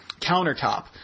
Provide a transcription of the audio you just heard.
countertop